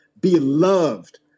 beloved